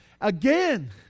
again